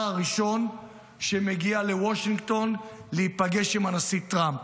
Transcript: הראשון שמגיע לוושינגטון להיפגש עם הנשיא טראמפ.